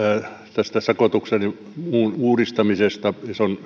tästä sakotuksen ja muun uudistamisesta